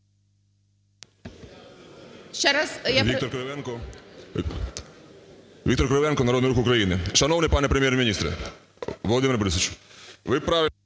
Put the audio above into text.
Віктор Кривенко, Народний Рух України. Шановний пане Прем'єр-міністре! Володимир Борисович, ви правильно